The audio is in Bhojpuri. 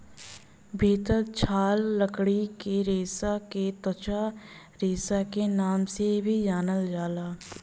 भितर छाल लकड़ी के रेसा के त्वचा रेसा के नाम से भी जानल जाला